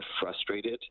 frustrated